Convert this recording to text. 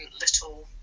little